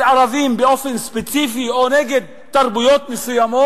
ערבים באופן ספציפי או נגד תרבויות ספציפיות?